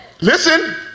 Listen